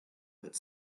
but